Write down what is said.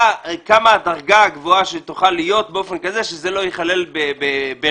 כמה הדרגה הגבוהה שתוכל להיות באופן כזה שזה לא ייכלל בריבית.